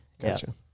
Gotcha